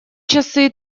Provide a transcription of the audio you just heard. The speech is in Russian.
часы